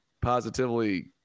positively